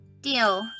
Deal